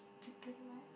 chicken rice